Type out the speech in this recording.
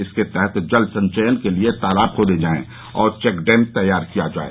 इसके तहत जल संचयन के लिये तालाब खोदे जाये और चेक डैम तैयार किये जाये